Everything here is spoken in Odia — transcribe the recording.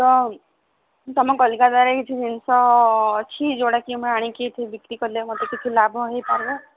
ତ ତୁମ କଲିକତାରେ କିଛି ଜିନିଷ ଅଛି ଯୋଉଟାକି ଆମେ ଆଣିକି ଏଠି ବିକ୍ରି କଲେ ମୋତେ କିଛି ଲାଭ ହୋଇପାରିବ